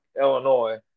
Illinois